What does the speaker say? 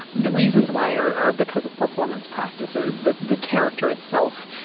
the reasons why are are because of performance practices. the the character itself.